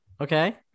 Okay